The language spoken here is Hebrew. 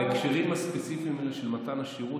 בהקשרים הספציפיים האלה של מתן השירות